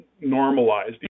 normalized